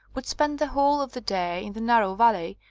would spend the whole of the day in the narrow valley,